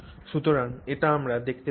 সুতরাং এটি আমরা দেখতে পাই